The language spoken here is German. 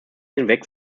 hinweg